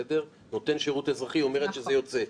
נותן שירות אזרחי היא אומרת שזה יוצא.